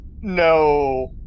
No